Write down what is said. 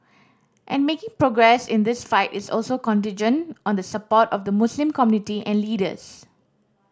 and making progress in this fight is also contingent on the support of the Muslim community and leaders